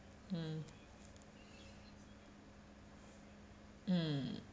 mm mm